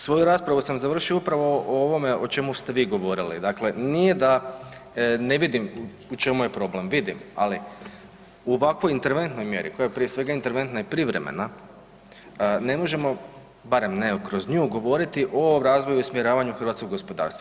Svoju raspravu sam završio upravo o ovome o čemu ste vi govorili, dakle nije da ne vidim u čemu je problem, vidim, ali u ovakvoj interventnoj mjeri, koja je prije svega interventna i privremena ne možemo, barem ne kroz nju, govoriti o razvoju i usmjeravanju hrvatskog gospodarstva.